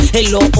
Hello